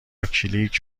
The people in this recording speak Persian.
کلیک